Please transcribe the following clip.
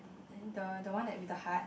the the one that with the heart